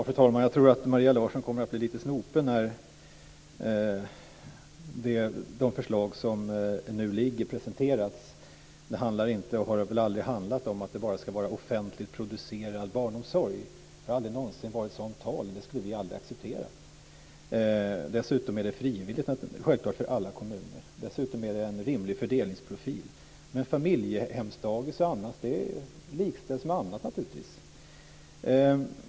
Fru talman! Jag tror att Maria Larsson kommer att bli lite snopen när de förslag som nu ligger presenteras. Det handlar inte om och har aldrig handlat om att det bara ska vara offentligt producerad barnomsorg. Det har aldrig någonsin varit något sådant tal, det skulle vi aldrig acceptera. Det är självklart frivilligt för alla kommuner. Dessutom är det en rimlig fördelningsprofil. Men familjehemsdagis likställs med annat naturligtvis.